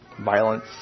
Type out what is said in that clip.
violence